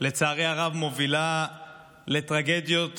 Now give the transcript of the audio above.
שלצערי הרב מובילה לטרגדיות נוראיות,